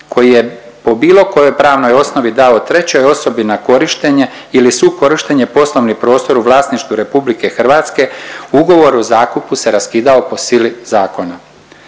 koji je po bilo kojoj pravnoj osnovi dao trećoj osobi na korištenje ili sukorištenje poslovni prostor u vlasništvu RH ugovor o zakupu se raskidao po sili zakona.